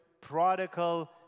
prodigal